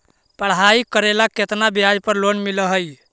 पढाई करेला केतना ब्याज पर लोन मिल हइ?